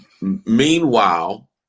Meanwhile